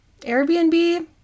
airbnb